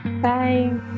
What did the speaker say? Bye